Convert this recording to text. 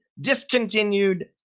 discontinued